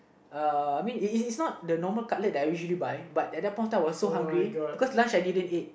uh I mean it it's not the usual cutlet that I usually buy but at the point of time I was so hungry because lunch I didn't ate